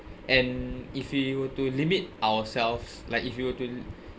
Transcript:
and if we were to limit ourselves like if you were to